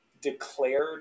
declared